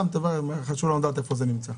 תברר, חשוב לנו לדעת איפה זה נמצא.